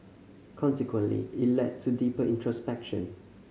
consequently it led to deeper introspection